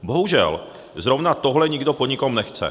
Bohužel zrovna tohle nikdo po nikom nechce.